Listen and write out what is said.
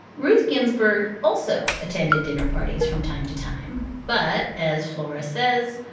ruth ginsburg also attended dinner parties from time to time. but as flora says,